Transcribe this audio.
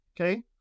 Okay